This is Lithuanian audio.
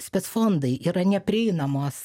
spec fondai yra neprieinamos